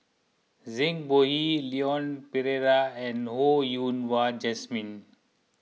Zhang Bohe Leon Perera and Ho Yen Wah Jesmine